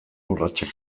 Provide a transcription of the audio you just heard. urratsak